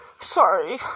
Sorry